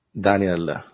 Daniel